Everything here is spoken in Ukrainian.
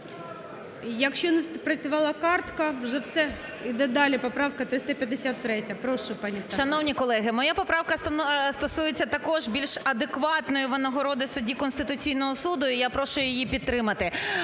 Якщо не спрацювала картка, вже все, йде далі поправка 353-я. Прошу, пані Пташник.